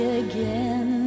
again